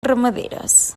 ramaderes